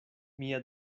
mia